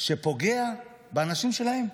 שפוגע באנשים שלהם.